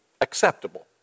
acceptable